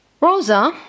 Rosa